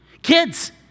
Kids